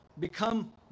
become